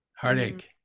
Heartache